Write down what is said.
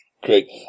great